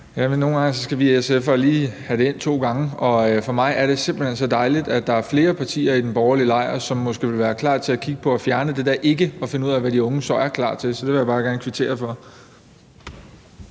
nogle gange skal vi SF'ere lige have det ind to gange. For mig er det simpelt hen så dejligt, at der er flere partier i den borgerlige lejr, som måske vil være klar til at kigge på at fjerne det der ord ikke – for at finde ud af, hvad de unge så er klar til. Så det vil jeg bare gerne kvittere for.